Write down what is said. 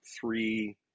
three